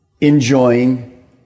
enjoying